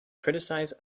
criticize